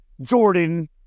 Jordan